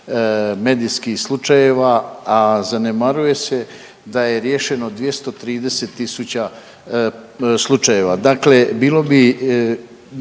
medijskih slučajeva, a zanemaruje se da je riješeno 230.000 slučajeva.